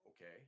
okay